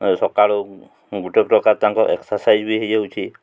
ସକାଳୁ ଗୋଟେ ପ୍ରକାର ତାଙ୍କ ଏକ୍ସରସାଇଜ୍ ବି ହେଇଯାଉଛି